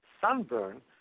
sunburn